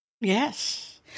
Yes